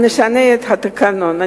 נשנה את התקנון.